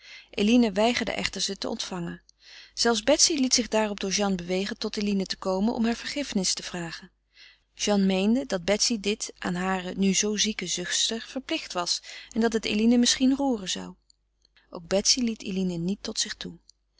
eline weigerde echter ze te ontvangen zelfs betsy liet zich daarop door jeanne bewegen tot eline te komen om haar vergiffenis te vragen jeanne meende dat betsy dit aan hare nu zoo zieke zuster verplicht was en dat het eline misschien roeren zou ook betsy liet eline niet tot zich toe